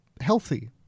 healthy